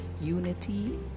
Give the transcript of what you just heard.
Unity